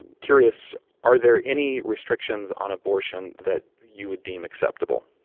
curious are there any restrictions on abortion that you would deem acceptable?